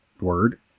word